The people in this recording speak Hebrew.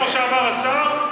כמו שאמר השר,